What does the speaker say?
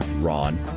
Ron